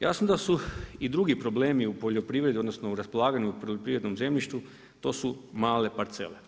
Jasno da su i drugi problemi u poljoprivredi odnosno u raspolaganju poljoprivrednom zemljištu, to su male parcele.